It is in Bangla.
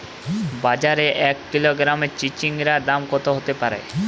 বাজারে এক কিলোগ্রাম চিচিঙ্গার দাম কত হতে পারে?